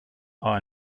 are